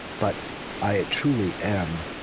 but i ah truly am